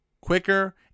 quicker